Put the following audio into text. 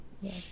yes